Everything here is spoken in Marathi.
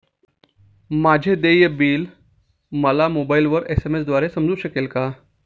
माझे देय बिल मला मोबाइलवर एस.एम.एस द्वारे समजू शकेल का?